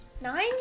Nine